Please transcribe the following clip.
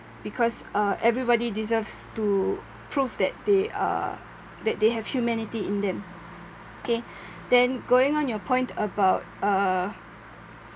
because uh everybody deserves to prove that they uh that they have humanity in them K then going on your point about uh